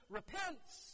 repents